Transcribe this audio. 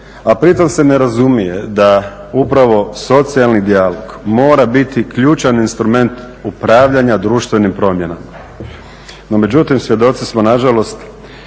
a pri tom se ne razumije da upravo socijalni dijalog mora biti ključan instrument upravljanja društvenim promjenama.